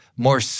more